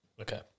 Okay